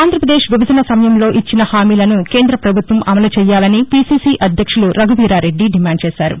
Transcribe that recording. ఆంధ్రాపదేశ్ విభజన సమయంలో ఇచ్చిన హామీలను కేంద్రాపభుత్వం అమలు చేయాలని పిసిసి అధ్యక్షులు రఘువీరారెడ్ది డిమాండ్ చేశారు